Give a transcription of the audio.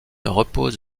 repose